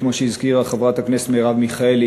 כמו שהזכירה חברת הכנסת מרב מיכאלי,